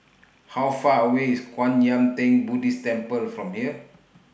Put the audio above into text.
How Far away IS Kwan Yam Theng Buddhist Temple from here